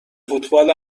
فوتبال